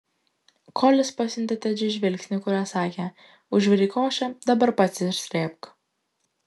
kolis pasiuntė tedžiui žvilgsnį kuriuo sakė užvirei košę dabar pats ir srėbk